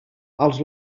als